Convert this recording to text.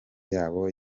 yabo